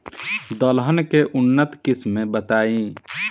दलहन के उन्नत किस्म बताई?